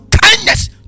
kindness